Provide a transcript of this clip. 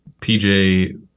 PJ